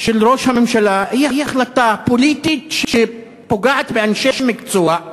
של ראש הממשלה היא החלטה פוליטית שפוגעת באנשי מקצוע.